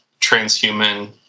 transhuman